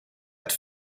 het